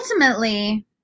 Ultimately